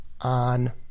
on